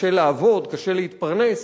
קשה לעבוד, קשה להתפרנס.